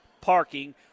parking